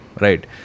Right